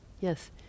Yes